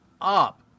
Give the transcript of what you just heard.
Up